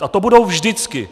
A to budou vždycky.